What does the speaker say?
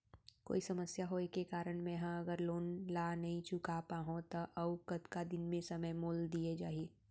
कोई समस्या होये के कारण मैं हा अगर लोन ला नही चुका पाहव त अऊ कतका दिन में समय मोल दीये जाही?